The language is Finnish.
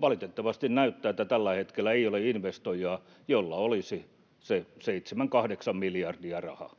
valitettavasti näyttää siltä, että tällä hetkellä ei ole investoijaa, jolla olisi se seitsemän kahdeksan miljardia rahaa.